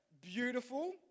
beautiful